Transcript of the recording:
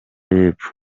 y’epfo